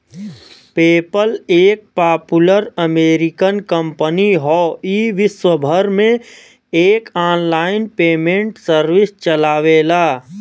PayPal एक popular American company हौ ई विश्वभर में एक आनलाइन पेमेंट सर्विस चलावेला